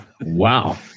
wow